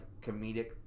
comedic